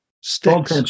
sticks